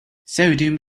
sodium